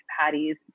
patties